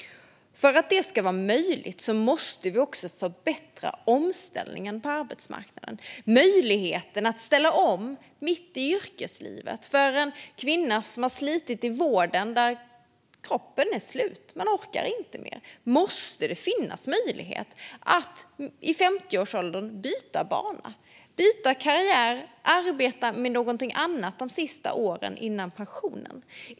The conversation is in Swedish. För att detta ska vara möjligt måste vi också underlätta omställning på arbetsmarknaden - möjligheten att ställa om mitt i yrkeslivet. För en kvinna som har slitit i vården tills kroppen är slut och hon inte orkar mer måste det finnas möjlighet att i 50-årsåldern byta bana och arbeta med något annat de sista åren före pensionen.